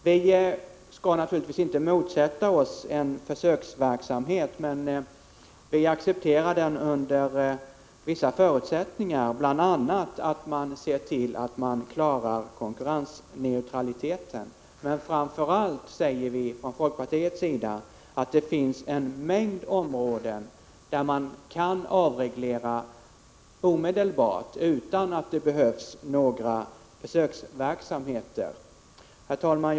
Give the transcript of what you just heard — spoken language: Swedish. Vi skall naturligtvis inte motsätta oss en försöksverksamhet, och vi accepterar den under vissa förutsättningar. En av dem är att man ser till att klara konkurrensneutraliteten. Framför allt hävdar vi i folkpartiet att det finns en mängd områden där vi kan genomföra avregleringar omedelbart, utan att vi behöver genomföra någon försöksverksamhet. Herr talman!